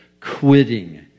Quitting